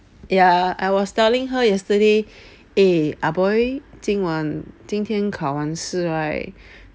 ya I was telling her yesterday eh ah boy 今晚今天考完试 right